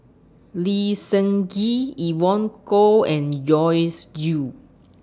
Lee Seng Gee Evon Kow and Joyce Jue